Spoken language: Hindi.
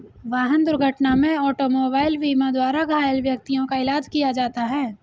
वाहन दुर्घटना में ऑटोमोबाइल बीमा द्वारा घायल व्यक्तियों का इलाज किया जाता है